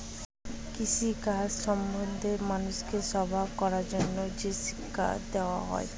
কৃষি কাজ সম্বন্ধে মানুষকে সজাগ করার জন্যে যে শিক্ষা দেওয়া হয়